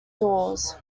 doors